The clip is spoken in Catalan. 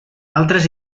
altres